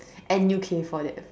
and U_K for that